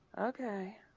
okay